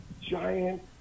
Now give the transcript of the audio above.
giant